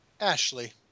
Ashley